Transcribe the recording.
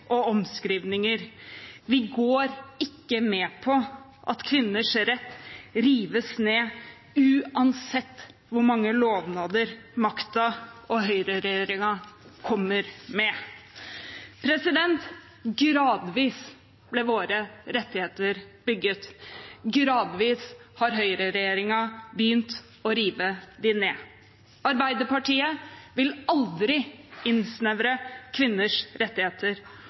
og omskrivninger, vi går ikke med på at kvinners rett rives ned, uansett hvor mange lovnader makten og høyreregjeringen kommer med. Gradvis ble våre rettigheter bygget, gradvis har høyreregjeringen begynt å rive dem ned. Arbeiderpartiet vil aldri innsnevre kvinners rettigheter,